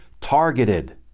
targeted